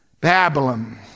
Babylon